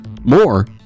more